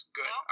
good